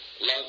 love